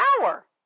power